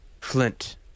Flint